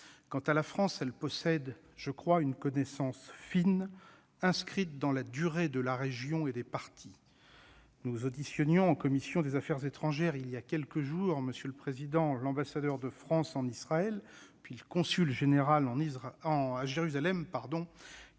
Quant à la France, elle possède une connaissance fine, inscrite dans la durée, de la région et des parties. Nous auditionnions en commission des affaires étrangères, il y a quelques jours, l'ambassadeur de France en Israël, puis le consul général à Jérusalem,